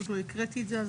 פשוט לא הקראתי את זה אז,